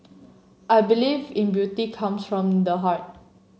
I believe in beauty comes from the heart